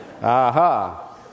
aha